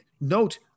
note